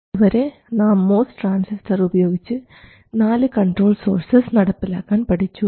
ഇതുവരെ നാം MOS transistor ഉപയോഗിച്ച് 4 കൺട്രോൾ സോഴ്സസ് നടപ്പിലാക്കാൻ പഠിച്ചു